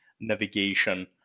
navigation